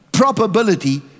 probability